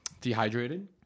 dehydrated